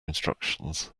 instructions